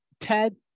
Ted